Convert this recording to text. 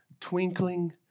twinkling